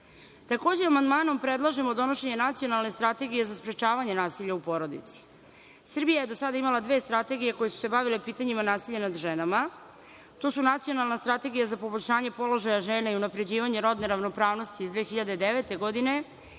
amandmanom predlažemo donošenje nacionalne strategije za sprečavanje nasilja u porodici. Srbija je do sada imala dve strategije koje su se bavile pitanjima nasilja nad ženama, to su Nacionalna strategija za poboljšanje položaja žena i unapređivanje rodne ravnopravnosti iz 2009. godine i